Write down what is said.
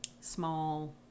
small